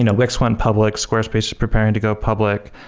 you know wix went public. squarespace is preparing to go public.